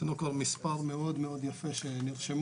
יש לנו כבר מספר מאוד מאוד יפה של נרשמים.